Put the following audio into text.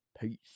Peace